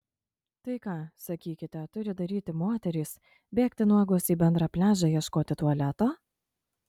tai ką sakykite turi daryti moterys bėgti nuogos į bendrą pliažą ieškoti tualeto